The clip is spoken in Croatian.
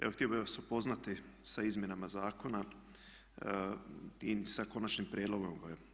Evo htio bih vas upoznati sa izmjenama zakona i sa konačnim prijedlogom.